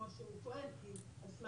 אלא מעסיק